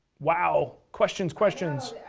wow, questions, questions.